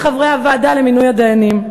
בין חברי הוועדה למינוי הדיינים.